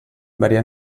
varia